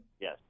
Yes